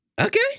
Okay